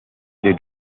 they